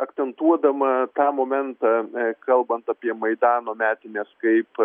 akcentuodama tą momentą kalbant apie maidano metines kaip